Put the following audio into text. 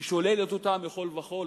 והיא שוללת אותה מכול וכול.